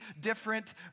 different